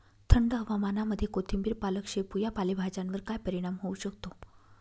थंड हवामानामध्ये कोथिंबिर, पालक, शेपू या पालेभाज्यांवर काय परिणाम होऊ शकतो?